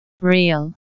real